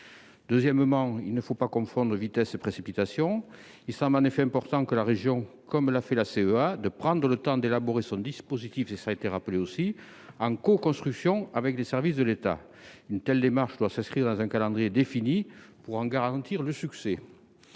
Deuxièmement, il ne faut pas confondre vitesse et précipitation. Il semble en effet important que la région, comme l'a fait la CEA, prenne le temps d'élaborer son propre dispositif, en coconstruction avec les services de l'État. Une telle démarche doit s'inscrire dans un calendrier défini, pour en garantir le succès.